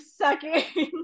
sucking